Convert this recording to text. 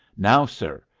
now, sir,